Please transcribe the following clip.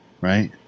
right